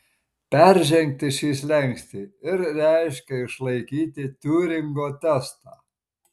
peržengti šį slenkstį ir reiškė išlaikyti tiuringo testą